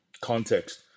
context